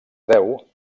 deu